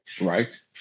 right